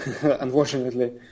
unfortunately